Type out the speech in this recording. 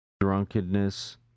drunkenness